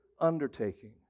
undertaking